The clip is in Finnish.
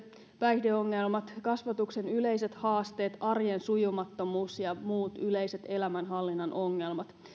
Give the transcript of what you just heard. päihdeongelmat kasvatuksen yleiset haasteet arjen sujumattomuus ja muut yleiset elämänhallinnan ongelmat